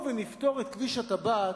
ואמרו: בואו נפתור את כביש הטבעת